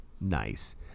Nice